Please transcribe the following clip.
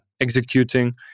executing